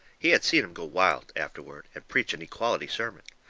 he had seen him go wild, afterward, and preach an equality sermon.